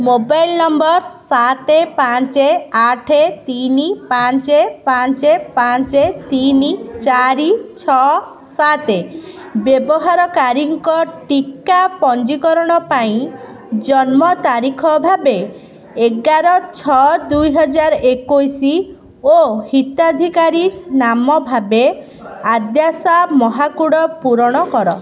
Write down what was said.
mobile number ସାତ ପାଞ୍ଚ ଆଠ ତିନି ପାଞ୍ଚ ପାଞ୍ଚ ପାଞ୍ଚ ତିନି ଚାରି ଛଅ ସାତ ବ୍ୟବହାରକାରୀଙ୍କ ଟୀକା ପଞ୍ଜୀକରଣ ପାଇଁ ଜନ୍ମ ତାରିଖ ଭାବେ ଏଗାର ଛଅ ଦୁଇ ହଜାର ଏକୋଇଶ ଓ ହିତାଧିକାରୀ ନାମ ଭାବେ ଆଦ୍ୟାଶା ମହାକୁଡ଼ ପୂରଣ କର